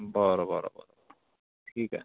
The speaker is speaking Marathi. बरं बरं बरं ठीक आहे